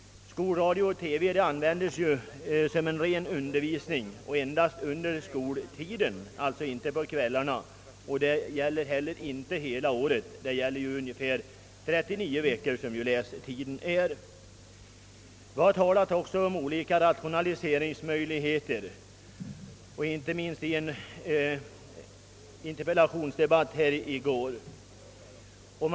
Skolradio och skol-TV används ju som rena undervisningsmedel och endast under skoltid, alltså inte på kvällarna, de 39 veckor som läsningen pågår. Det har talats om olika rationaliseringsmöjligheter — inte minst i en interpellationsdebatt som fördes här i går.